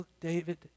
David